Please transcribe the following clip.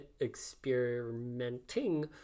experimenting